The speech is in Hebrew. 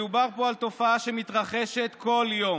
מדובר פה על תופעה שמתרחשת כל יום.